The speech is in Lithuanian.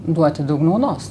duoti daug naudos